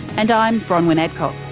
and i'm bronwyn adcock